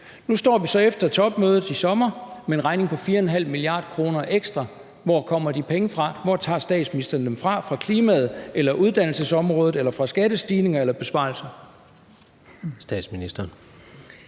Nu står vi så efter topmødet i sommer med en regning på 4,5 mia. kr. ekstra. Hvor kommer de penge fra? Hvor tager statsministeren dem fra – fra klimaet eller uddannelsesområdet eller fra skattestigninger eller besparelser?